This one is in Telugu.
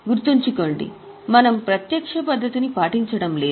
గుర్తుంచుకోండి మనం ప్రత్యక్ష పద్ధతిని పాటించడం లేదు